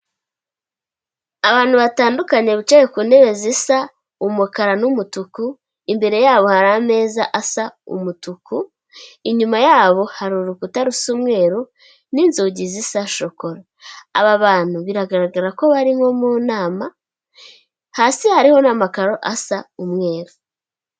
Abantu batandukanye bicaye ku ntebe zisa umukara n'umutuku, imbere yabo hari ameza asa umutuku, inyuma yabo hari urukuta rusa umweru n'inzugi zisa shokora, aba bantu biragaragara ko bari nko mu nama, hasi hariho n'amakaro asa umweru.